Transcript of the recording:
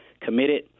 committed